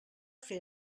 fer